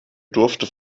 durfte